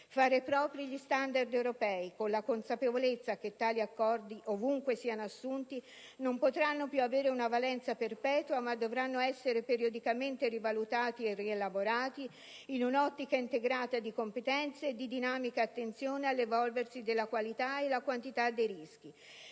fare propri gli standard europei, con la consapevolezza che tali accordi, ovunque siano assunti, non potranno più aver una valenza perpetua ma dovranno essere periodicamente rivalutati e rielaborati, in un'ottica integrata di competenze e di dinamica attenzione all'evolversi della qualità e quantità dei rischi.